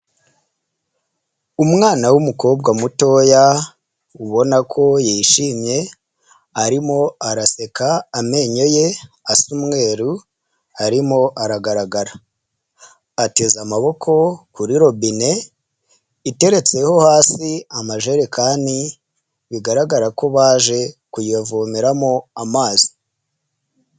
Umwana w’ mukobwa mutoya ubona ko yishimye, arimo araseka amenyo ye asa umweru arimo aragaragara. Ateze amaboko kuri robine iteretseho hasi amajerekani bigaragara ko baje kuyavomeramo amazi.